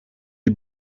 die